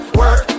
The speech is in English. work